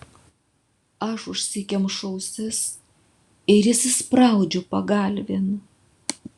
aš užsikemšu ausis ir įsispraudžiu pagalvėn